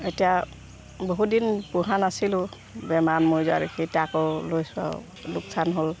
এতিয়া বহুত দিন পোহা নাছিলোঁ বেমাৰ মৰি যোৱাৰ দেখি এতিয়া আকৌ লৈছো আৰু লোকচান হ'ল